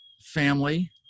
family